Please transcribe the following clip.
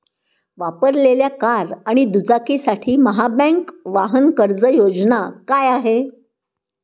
वापरलेल्या कार आणि दुचाकीसाठी महाबँक वाहन कर्ज योजना काय आहे?